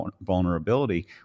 vulnerability